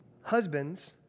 husbands